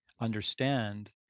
understand